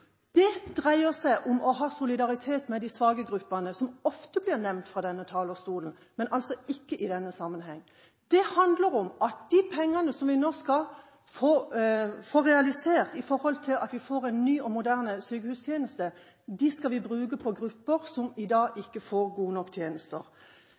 Det dreier seg om å ha solidaritet med de svake gruppene, som ofte blir nevnt fra denne talerstolen, men altså ikke i denne sammenheng. Det handler om at de pengene som vi nå skal få realisert ved at vi får en ny og moderne sykehustjeneste, skal vi bruke på grupper som i dag